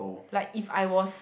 like if I was